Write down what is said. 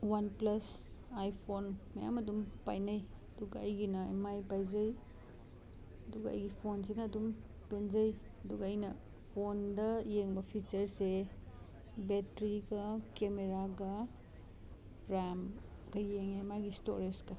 one plus iPhone ꯃꯌꯥꯝ ꯑꯗꯨꯝ ꯄꯥꯏꯅꯩ ꯑꯗꯨꯒ ꯑꯩꯒꯤꯅ ꯑꯦꯝ ꯑꯥꯏ ꯄꯥꯏꯖꯩ ꯑꯗꯨꯒ ꯑꯩꯒꯤ ꯐꯣꯟꯁꯤꯗ ꯑꯗꯨꯝ ꯄꯦꯟꯖꯩ ꯑꯗꯨꯒ ꯑꯩꯅ ꯐꯣꯟꯗ ꯌꯦꯡꯕ ꯐꯤꯆꯔꯁꯁꯦ ꯕꯦꯇ꯭ꯔꯤꯒ ꯀꯦꯃꯦꯔꯥꯒ ꯔꯦꯝꯒ ꯌꯦꯡꯉꯦ ꯃꯥꯒꯤ ꯏꯁꯇꯣꯔꯦꯁꯀ